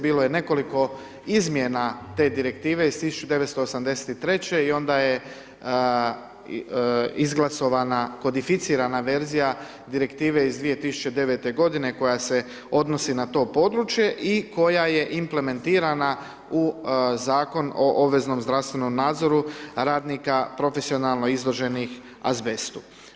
Bilo je nekoliko izmjena te direktive iz 1983. i onda je izglasana kodificirana verzija direktive iz 2009. godine koja se odnosi na to područje i koja je implementirana u Zakon o obveznom zdravstvenom nadzoru radnika profesionalno izloženih azbestu.